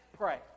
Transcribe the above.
pray